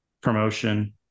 promotion